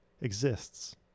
exists